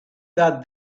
that